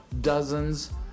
dozens